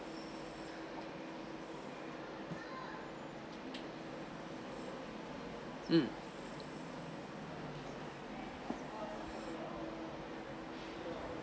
um